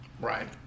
Right